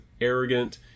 arrogant